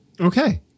Okay